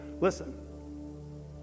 listen